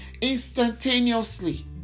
instantaneously